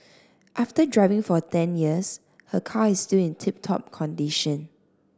after driving for ten years her car is still in tip top condition